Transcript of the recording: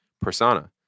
persona